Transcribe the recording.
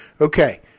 Okay